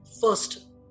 first